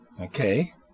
Okay